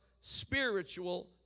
spiritual